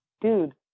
dude